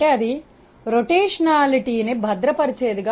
అంటే అది భ్రమణ చలనాన్ని భద్రపరిచేదిగా